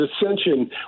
Ascension